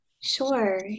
Sure